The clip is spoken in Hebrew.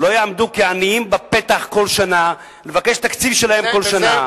לא יעמדו כעניים בפתח כל שנה ויבקשו את התקציב שלהם כל שנה.